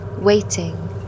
waiting